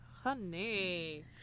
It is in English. Honey